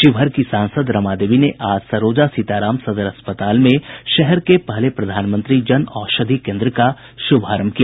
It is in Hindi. शिवहर की सांसद रमा देवी ने आज सरोजा सीताराम सदर अस्पताल में शहर के पहले प्रधानमंत्री जन औषधि केंद्र का शुभारंभ किया